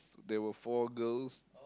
there were four girls